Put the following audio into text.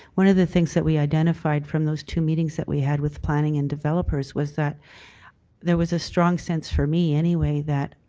one of the things that we identified from those two meetings that we had with planning and developers was that there was a strong sense for me, anyway, that